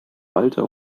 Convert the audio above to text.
walter